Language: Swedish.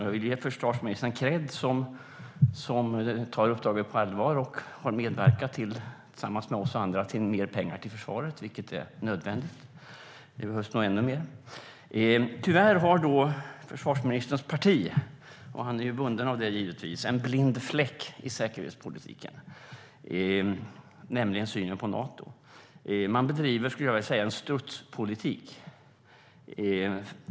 Jag vill ge försvarsministern kredd för att han tar uppdraget på allvar och tillsammans med oss andra har medverkat till mer pengar till försvaret, vilket är nödvändigt. Det behövs nog ännu mer. Tyvärr har försvarsministerns parti, som han givetvis är bunden av, en blind fläck i säkerhetspolitiken, nämligen Nato. Man bedriver en strutspolitik, skulle jag vilja säga.